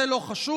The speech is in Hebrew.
זה לא חשוב.